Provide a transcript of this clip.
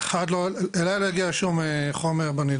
דבר ראשון לא הגיע אליי באופן אישי שום חומר בנידון.